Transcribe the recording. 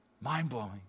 Mind-blowing